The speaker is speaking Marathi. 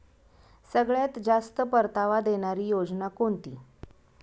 सगळ्यात जास्त परतावा देणारी योजना कोणती?